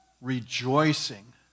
rejoicing